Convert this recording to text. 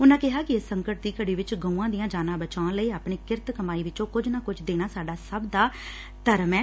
ਉਨਾਂ ਕਿਹਾ ਕਿ ਇਸ ਸੰਕੱਟ ਦੀ ਘੜੀ ਵਿਚ ਗਊਆਂ ਦੀਆਂ ਜਾਨਾਂ ਬਚਾਉਣ ਲਈ ਆਪਣੀ ਕਿਰਤ ਕਮਾਈ ਵਿਚੋਂ ਕੁਝ ਨਾ ਕੁਝ ਦੇਣਾ ਸਾਡਾ ਸਭ ਦਾਪਰਮ ਧਰਮ ਐ